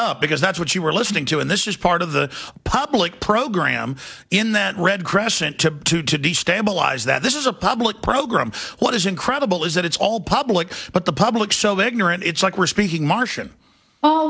up because that's what you were listening to and this is part of the public program in that red crescent to to to stabilize that this is a public program what is incredible is that it's all public but the public so ignorant it's like we're speaking martian oh